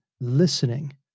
listening